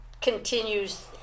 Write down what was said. continues